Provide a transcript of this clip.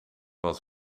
was